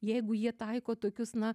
jeigu jie taiko tokius na